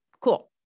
Cool